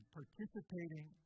participating